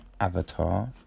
Avatar